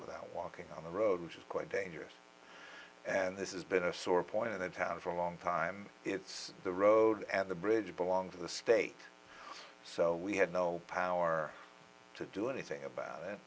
without walking on the road which is quite dangerous and this is been a sore point of the town for a long time it's the road and the bridge belong to the state so we had no power to do anything about it